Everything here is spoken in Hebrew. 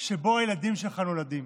שבו הילדים שלך נולדים.